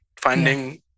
finding